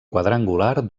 quadrangular